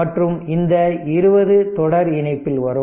மற்றும இந்த 20 தொடர் இணைப்பில் வரும்